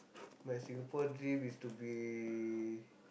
my Singapore dream is to be